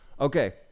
Okay